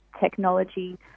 Technology